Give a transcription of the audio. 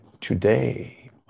today